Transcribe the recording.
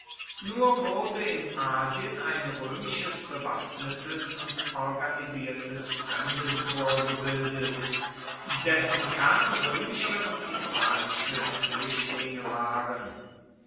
nur wurde in asien ein römisch bewaffnetes und organisiertes fremdenkorps gebildet dessen kern römische und italische flüchtlinge waren